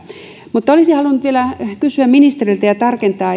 mutta olisin halunnut vielä kysyä ministeriltä ja tarkentaa